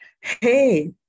Hey